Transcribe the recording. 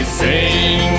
sing